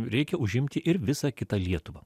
reikia užimti ir visą kitą lietuvą